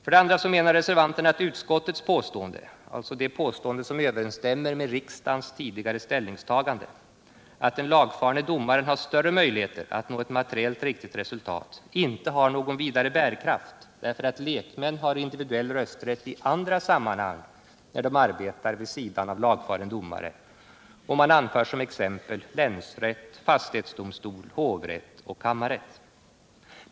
För det andra menar reservanterna att utskottets påstående — alltså det påstående som överensstämmer med riksdagens tidigare ställningstagande — att den lagfarne domaren har större möjligheter att nå ett materiellt riktigt resultat inte har någon vidare bärkraft därför att lekmän har individuell rösträtt i andra sammanhang när de arbetar vid sidan av lagfaren domare. De anför som exempel länsrätt, fastighetsdomstol, hovrätt och kammarrätt.